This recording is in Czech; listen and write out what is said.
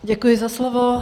Děkuji za slovo.